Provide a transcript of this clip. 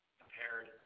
compared